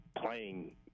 playing